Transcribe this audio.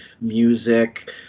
music